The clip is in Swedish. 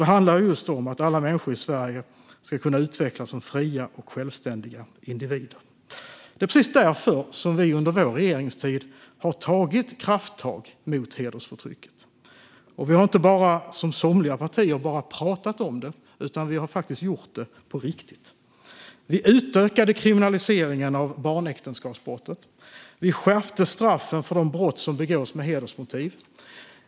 Det handlar just om att alla människor i Sverige ska utvecklas som fria och självständiga individer. Det är precis därför som vi under vår regeringstid har tagit krafttag mot hedersförtrycket. Vi har inte bara, som somliga partier, pratat om det utan vi har faktiskt gjort det på riktigt. Vi utökade kriminaliseringen av barnäktenskapsbrottet. Vi skärpte straffen för de brott som begås med hedersmotiv.